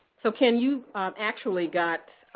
so ken, you've actually got